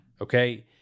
Okay